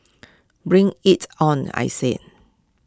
bring IT on I say